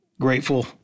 grateful